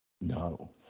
No